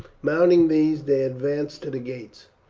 mounting these they advanced to the gates.